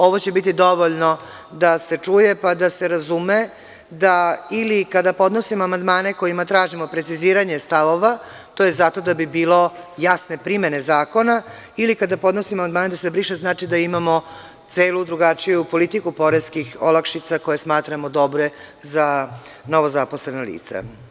Ovo će biti dovoljno da se čuje, pa da se razume, da kada podnosimo amandmane kojima tražimo preciziranje stavova, to je zato da bi bilo jasne primene zakona ili kada podnosimo amandmane da se briše, znači da imamo celu drugačiju politiku poreskih olakšica koje smatramo dobrim za novozaposlena lica.